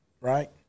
right